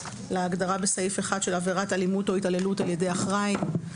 להגדרה בסעיף 1 של עבירת אלימות או התעללות על ידי אחראי.